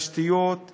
תשתיות וחינוך,